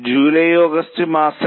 July August മാസങ്ങൾ